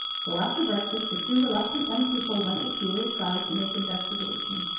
so after breakfast the two reluctant young people went with julia cloud to make investigation.